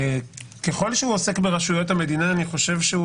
ככל שהוא עוסק ברשויות המדינה, אני חושב שהוא